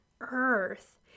earth